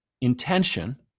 intention